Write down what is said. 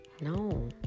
No